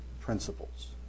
principles